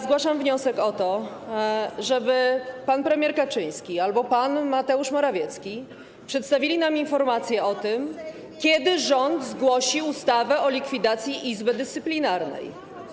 Zgłaszam wniosek o to, żeby pan premier Kaczyński albo pan Mateusz Morawiecki przedstawił nam informację o tym, kiedy rząd zgłosi ustawę o likwidacji Izby Dyscyplinarnej.